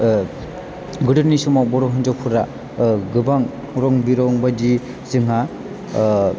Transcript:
ओह गोदोनि समाव बर' हिनजावफ्रा गोबां रं बिरं बादि जोंहा